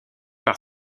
par